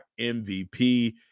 mvp